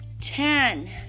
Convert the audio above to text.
ten